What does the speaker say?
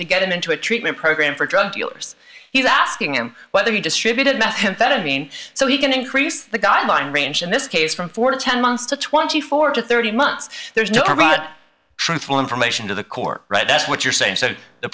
to get him into a treatment program for drug dealers he's asking him whether he distributed methamphetamine so he can increase the guideline range in this case from four to ten months to twenty four to thirty months there's no harm but truthful information to the court right that's what you're saying so the